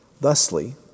Thusly